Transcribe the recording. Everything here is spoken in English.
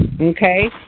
okay